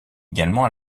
également